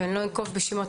ולא אנקוב בשמות,